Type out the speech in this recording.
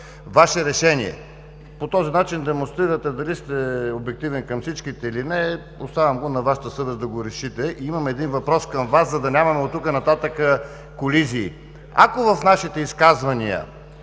Ваше решение. По този начин демонстрирате дали сте обективен към всички, или не. Оставям на Вашата съвест да го решите. Имам един въпрос към Вас, за да няма оттук нататък колизии. Ако в нашите изказвания